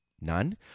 none